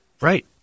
Right